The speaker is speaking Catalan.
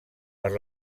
per